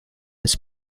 its